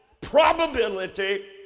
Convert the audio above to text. probability